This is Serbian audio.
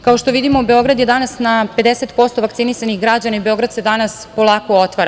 Kao što vidimo, Beograd je danas na 50% vakcinisanih građana i Beograd se danas polako otvara.